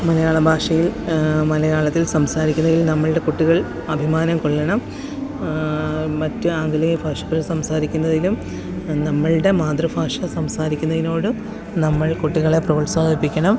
മലയാള ഭാഷയില് മലയാളത്തില് സംസാരിക്കുന്നതില് നമ്മുടെ കുട്ടികള് അഭിമാനം കൊള്ളണം മറ്റ് ആംഗലേയ ഭാഷകള് സംസാരിക്കുന്നതിലും നമ്മുടെ മാതൃഭാഷ സംസാരിക്കുന്നതിനോട് നമ്മള് കുട്ടികളെ പ്രോത്സാഹിപ്പിക്കണം